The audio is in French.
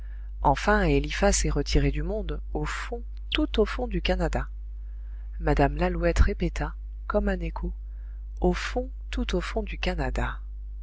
enfin eliphas est retiré du monde au fond tout au fond du canada mme lalouette répéta comme un écho au fond tout au fond du canada